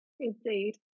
Indeed